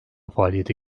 faaliyete